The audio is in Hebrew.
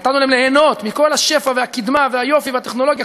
נתנו להם ליהנות מכל השפע והקדמה והיופי והטכנולוגיה,